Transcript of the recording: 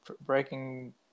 breaking